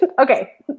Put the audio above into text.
Okay